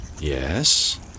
Yes